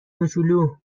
موچولو